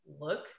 look